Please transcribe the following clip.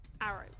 arrows